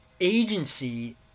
agency